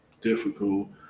difficult